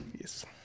yes